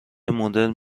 مدرن